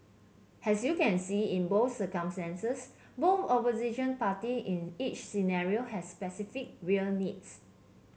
as you can see in both both opposing parties in each scenario have specific real needs